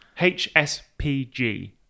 hspg